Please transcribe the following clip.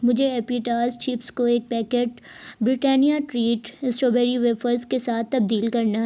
مجھے اپیٹاز چپس کو ایک packet Britannia treat strawberry wafers کے ساتھ تبدیل کرنا